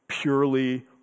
purely